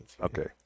Okay